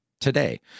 today